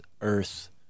earth